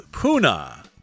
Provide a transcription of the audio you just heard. Puna